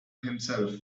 himself